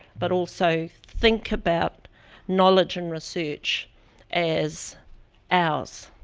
but also think about knowledge and research as ours?